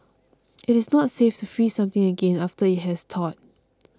it is not safe to freeze something again after it has thawed